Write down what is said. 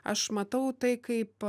aš matau tai kaip